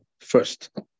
first